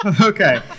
Okay